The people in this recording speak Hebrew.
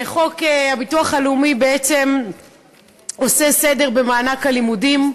חוק הביטוח הלאומי בעצם עושה סדר במענק הלימודים,